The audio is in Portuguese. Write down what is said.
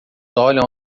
olham